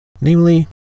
namely